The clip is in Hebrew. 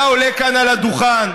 אתה עולה כאן על הדוכן,